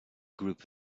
group